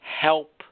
help